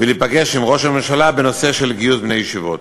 עם ראש הממשלה בנושא של גיוס בני ישיבות.